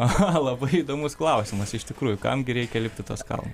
aha labai įdomus klausimas iš tikrųjų kam gi reikia lipt į tuos kalnus